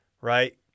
right